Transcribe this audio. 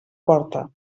porta